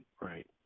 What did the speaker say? Right